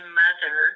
mother